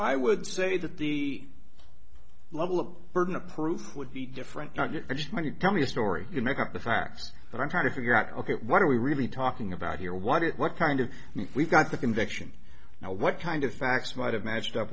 i would say that the level of burden of proof would be different just when you tell me a story you make up the facts but i'm trying to figure out ok what are we really talking about here why what kind of if we've got the conviction now what kind of facts might have matched up